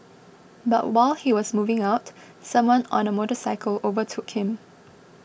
but while he was moving out someone on a motorcycle overtook him